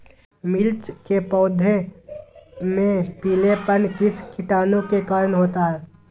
मिर्च के पौधे में पिलेपन किस कीटाणु के कारण होता है?